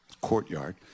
courtyard